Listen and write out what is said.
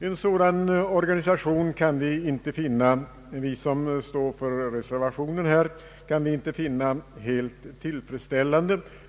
En sådan organisation kan vi som står för reservationen inte finna helt tillfredsställande.